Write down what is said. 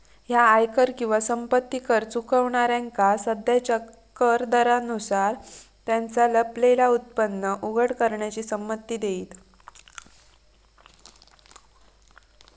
ह्या आयकर किंवा संपत्ती कर चुकवणाऱ्यांका सध्याच्या कर दरांनुसार त्यांचा लपलेला उत्पन्न उघड करण्याची संमती देईत